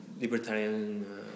libertarian